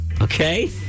Okay